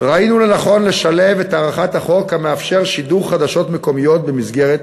ראינו לנכון לשלב את הארכת החוק המאפשר שידור חדשות מקומיות במסגרת